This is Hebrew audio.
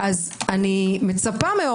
אני מצפה,